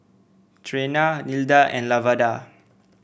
Trena Nilda and Lavada